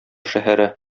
шәһәре